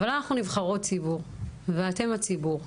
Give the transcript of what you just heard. אבל אנחנו נבחרות ציבור ואתם הציבור.